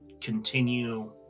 continue